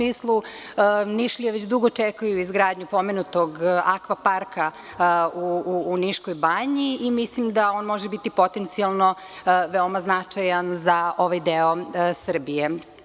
Nišlije već dugo čekaju izgradnju pomenutog akva parka u Niškoj banji i mislim da on može biti potencijalno veoma značajan za ovaj deo Srbije.